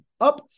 up